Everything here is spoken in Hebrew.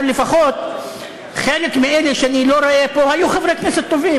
אבל לפחות חלק מאלה שאני לא רואה פה היו חברי כנסת טובים,